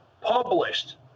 published